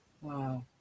Wow